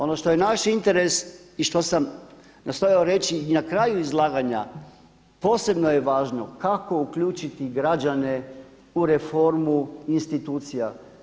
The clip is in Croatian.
Ono što je naš interes i što sam nastojao reći i na kraju izlaganja, posebno je važno kako uključiti građane u reformu institucija.